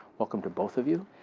welcome to both of you.